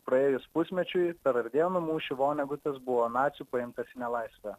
praėjus pusmečiui per ardėnų mūšį vonegutas buvo nacių paimtas į nelaisvę